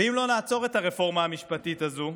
ואם לא נעצור את הרפורמה המשפטית הזאת,